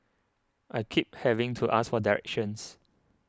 I keep having to ask for directions